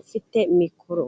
ufite mikoro.